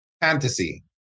fantasy